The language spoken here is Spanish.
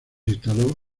instaló